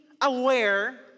aware